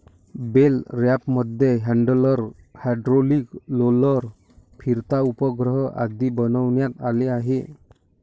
bell रॅपरमध्ये handler, hydraulic roller, फिरता उपग्रह आदी बसवण्यात आले आहे